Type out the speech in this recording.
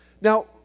Now